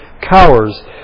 cowers